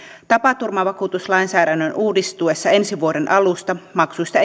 tapaturmavakuutuslainsäädännön uudistuessa ensi vuoden alusta maksuista